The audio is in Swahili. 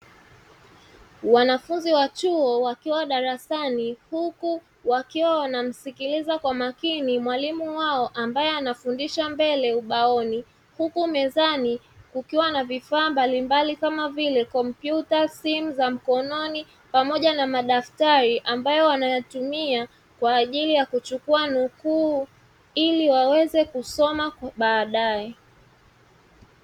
Wanafunzi wa chuo wakiwa darasani huku wakiwa wanamsikiliza kwa makini mwalimu wao ambaye anafundisha mbele ubaoni, huku mezani kukiwa na vifaa mbalimbali kama vile kompyuta, simu za mkononi pamoja na madaftari ambayo wanayatumia kwaajili ya kuchukua nukuu ili waweze kusoma baadae.